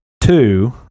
two